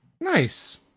Nice